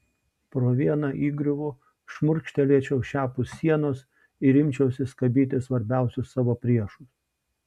pro vieną įgriuvų šmurkštelėčiau šiapus sienos ir imčiausi skabyti svarbiausius savo priešus